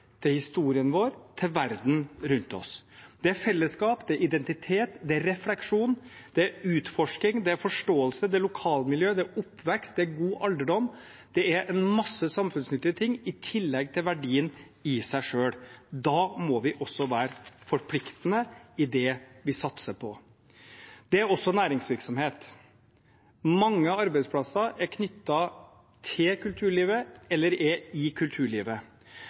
til historien vår, til verden rundt oss. Det er fellesskap, det er identitet, det er refleksjon, det er utforsking, det er forståelse, det er lokalmiljø, det er oppvekst, det er god alderdom – det er en masse samfunnsnyttige ting i tillegg til verdien i seg selv. Da må vi også være forpliktende i det vi satser på. Det er også næringsvirksomhet. Mange arbeidsplasser er knyttet til kulturlivet eller er i kulturlivet.